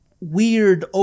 weird